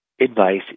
advice